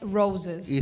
roses